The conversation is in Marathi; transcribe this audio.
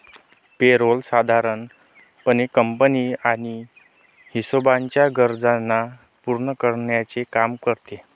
पे रोल साधारण पणे कंपनी आणि हिशोबाच्या गरजांना पूर्ण करण्याचे काम करते